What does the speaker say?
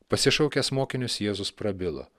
pasišaukęs mokinius jėzus prabilo